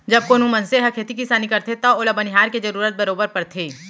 जब कोहूं मनसे ह खेती किसानी करथे तव ओला बनिहार के जरूरत बरोबर परथे